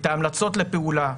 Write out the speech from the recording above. את ההמלצות לפעולה,